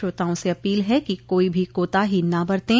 श्रोताओं से अपील है कि कोई भी कोताही न बरतें